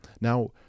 Now